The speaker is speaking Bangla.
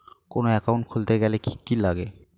কোন একাউন্ট খুলতে গেলে কি কি লাগে?